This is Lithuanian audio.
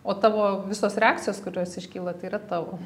o tavo visos reakcijos kurios iškyla tai yra tavo